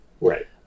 Right